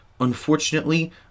Unfortunately